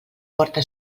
porta